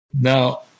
Now